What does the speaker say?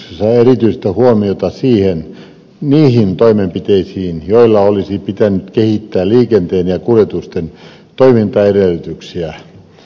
kiinnitän hallituksen kertomuksessa erityistä huomiota niihin toimenpiteisiin joilla olisi pitänyt kehittää liikenteen ja kuljetusten toimintaedellytyksiä